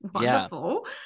wonderful